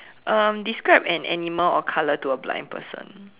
um describe an animal or color to a blind person